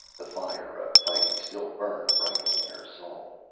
the fire of fighting still burned brightly in her soul.